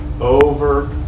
over